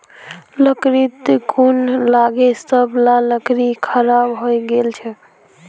लकड़ीत घुन लागे सब ला लकड़ी खराब हइ गेल छेक